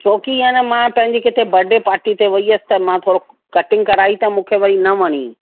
छो की ए न मां पंहिंजी किथे बर्डे पार्टी ते वई हुयसि त मां थोरो कटिंग कराई त मूंखे वरी न वणी